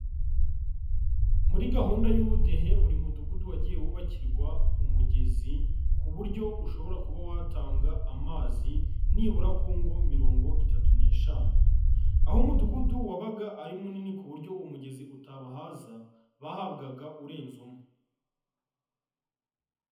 Muri gahunda y'ubudehe buri mudugudu wagiye wubakirwa umugezi, ku buryo ushobora kuba watanga amazi nibura kungo mirongo itatu n'eshanu, aho umudugudu wabaga ari munini ku buryo uwo umugezi utabahaza bahabwaga urenze umwe.